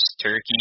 turkey